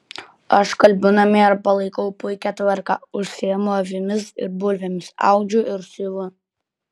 aš skalbiu namie ir palaikau puikią tvarką užsiimu avimis ir bulvėmis audžiu ir siuvu